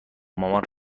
مامان